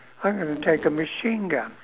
I'm gonna take a machine gun